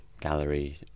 gallery